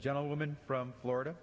gentleman from florida